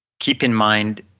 keep in mind,